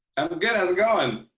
and but good. how's it going?